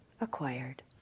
acquired